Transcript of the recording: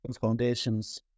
Foundations